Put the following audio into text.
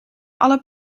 alle